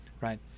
right